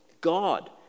God